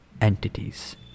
entities